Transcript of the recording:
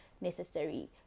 necessary